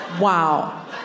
wow